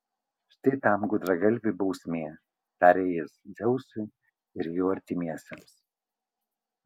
štai tam gudragalviui bausmė tarė jis dzeusui ir jo artimiesiems